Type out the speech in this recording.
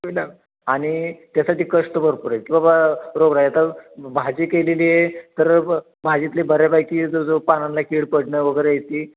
आणि त्यासाठी कष्ट भरपूर आहे की बाबा रोगराई आता भाजी केलेली आहे तर भाजीतले बऱ्यापैकी जो जो पानांना कीड पडणं वगैरे ती